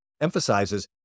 emphasizes